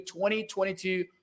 2022